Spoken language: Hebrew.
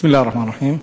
בסם אללה א-רחמאן א-רחים.